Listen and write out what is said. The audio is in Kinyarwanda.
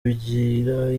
bigira